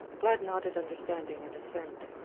blood nodded understanding and assent.